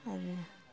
आरो